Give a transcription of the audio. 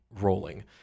rolling